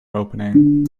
opening